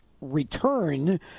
return